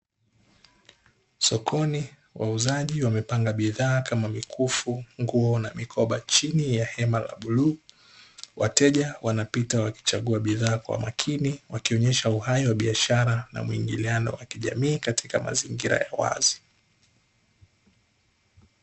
Sokoni wauzaji wamepanga bidhaa kama mikufu, nguo na mikoba chini ya hema la bluu. Wateja wanapita wakichagua bidhaa kwa makini wakionyesha uhai wa biashara na muingiliano wa kijamii katika mazingira ya wazi.